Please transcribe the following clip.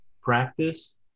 practice